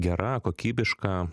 gera kokybiška